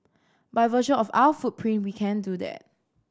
by virtue of our footprint we can do that